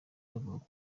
bavuga